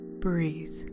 breathe